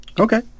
Okay